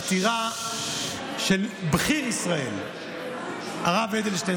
לפטירה של בכיר ישראל הרב אדלשטיין,